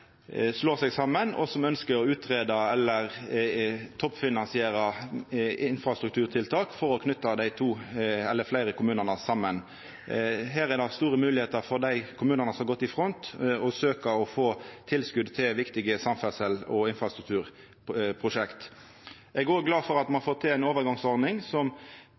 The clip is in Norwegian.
slår seg saman, og som ønskjer å utgreia eller toppfinansiera infrastrukturtiltak for å knyta to eller fleire kommunar saman. Her er det store moglegheiter for dei kommunane som har gått i front, om å søkja og få tilskot til viktige samferdsels- og infrastrukturprosjekt. Eg er òg glad for at me har fått til ei overgangsordning som